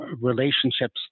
relationships